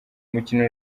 mukino